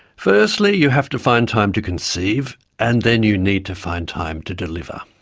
firstly you have to find time to conceive and then you need to find time to deliver.